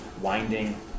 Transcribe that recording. winding